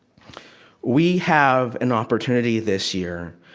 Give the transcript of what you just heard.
we have an opportunity this year,